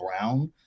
Brown